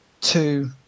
two